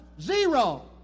zero